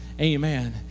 Amen